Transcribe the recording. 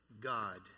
God